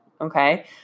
Okay